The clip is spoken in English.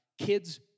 Kids